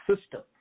system